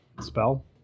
spell